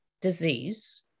disease